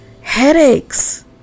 Headaches